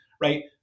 right